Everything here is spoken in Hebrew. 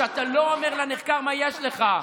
שאתה לא אומר לנחקר מה יש לך.